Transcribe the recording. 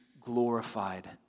glorified